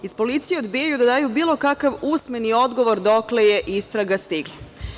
Iz policije odbijaju da daju bilo kakav usmeni odgovor dokle je istraga stigla.